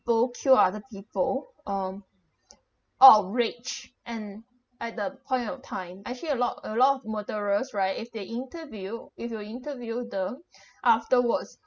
kill other people um all are rich and at the point of time actually a lot a lot of murderers right if they interview if you interview them afterwards